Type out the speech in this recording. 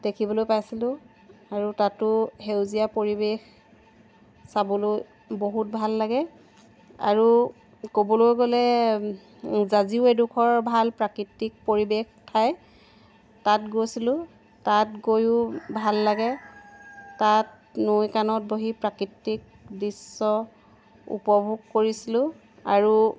দেখিবলৈ পাইছিলোঁ আৰু তাতো সেউজীয়া পৰিৱেশ চাবলৈ বহুত ভাল লাগে আৰু ক'বলৈ গ'লে জাঁজিও এডখৰ ভাল প্ৰাকৃতিক পৰিৱেশ ঠাই তাত গৈছিলোঁ তাত গৈও ভাল লাগে তাত নৈ কানত বহি প্ৰাকৃতিক দৃশ্য উপভোগ কৰিছিলোঁ আৰু